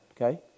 okay